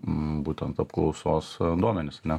būtent apklausos duomenys ane